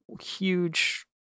huge